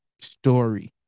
story